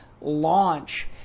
launch